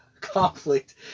conflict